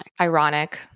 Ironic